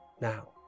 Now